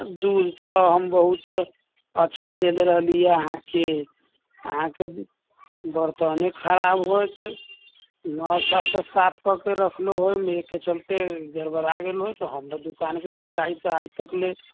दूध तऽ हम बहुत अच्छा देल रहली अहाँके अहाँके बरतने खराब होइत नहि अच्छा से साफ कऽ कऽ रखलौ होइम एहिके चलते गरबड़ा गेल होइत हमरा दुकानके शिकायत आइ तकले